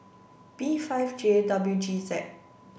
B five J W G Z